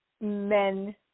men